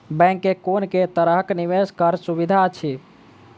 Bank मे कुन केँ तरहक निवेश कऽ सुविधा अछि?